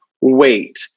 wait